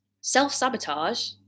self-sabotage